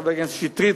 חבר הכנסת שטרית,